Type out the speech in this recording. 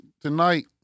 tonight